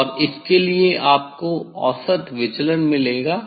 और इसके लिए आपको औसत विचलन मिलेगा